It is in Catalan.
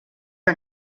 que